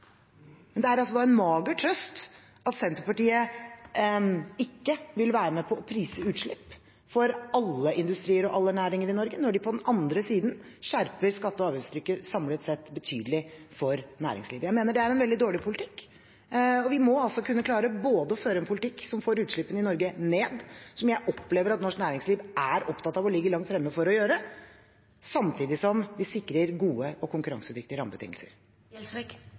Men det er en mager trøst at Senterpartiet ikke vil være med på å prise utslipp for alle industrier og alle næringer i Norge, når de på den andre siden samlet sett skjerper skatte- og avgiftstrykket for næringslivet betydelig. Jeg mener det er en veldig dårlig politikk, og vi må kunne klare å føre en politikk som får utslippene i Norge ned – som jeg opplever at norsk næringsliv er opptatt av og ligger langt fremme for å gjøre – samtidig som vi sikrer gode og konkurransedyktige